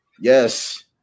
Yes